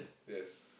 yes